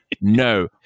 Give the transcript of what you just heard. No